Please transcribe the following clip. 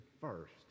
first